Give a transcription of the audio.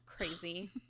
crazy